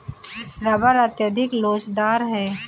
rubber अत्यधिक लोचदार है